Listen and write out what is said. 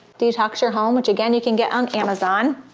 detox your home, which again you can get on amazon.